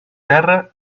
terra